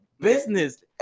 Business